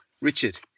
Richard